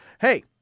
hey